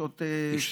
לשעות שינה,